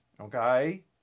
Okay